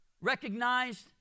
recognized